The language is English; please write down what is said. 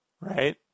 right